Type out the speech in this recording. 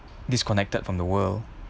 disconnected from the world